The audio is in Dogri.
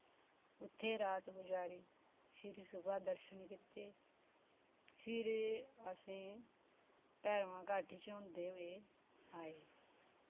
उत्थें रात गुजारी फिरी सुबह् दर्शन कीते फिरी असें भैरोआं घाटी चा होंदे होए आए